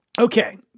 Okay